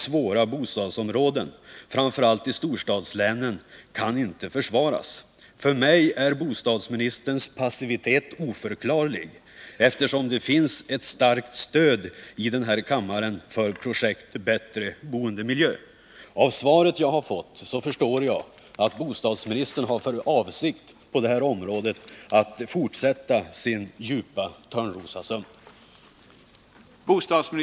svåra bostadsområden, framför allt i storstadslänen, kan inte försvaras. För mig är bostadsministerns passivitet oförklarlig, eftersom det finns ett starkt stöd i den här kammaren för projektet Bättre boendemiljö. Av det svar jag fått förstår jag att bostadsministern har för avsikt att på det här området fortsätta sin djupa törnrosasömn.